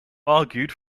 argued